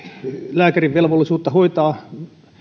lääkärin velvollisuutta hoitaa